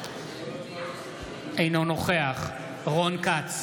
אינו נוכח רון כץ,